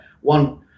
one